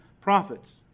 prophets